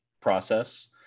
process